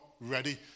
ready